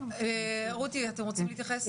רותי, אתם יכולים להתייחס?